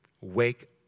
wake